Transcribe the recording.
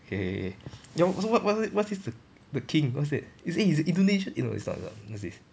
K yong so what what what's this the the king what's that is eh is indonesian eh no it's not it's not what's this